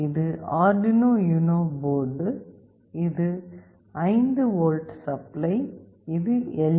இது Arduino Uno board இது 5V supply இது எல்